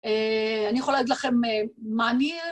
אה... אני יכולה להגיד לכם מה אני ...